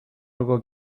algo